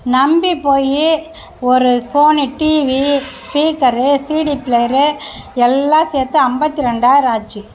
நம்பி போய் ஒரு Sony TV speaker CD player எல்லாம் சேர்த்து ஐம்பத்தி ரெண்டாயிரம் ஆச்சு